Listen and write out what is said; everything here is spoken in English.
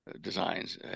designs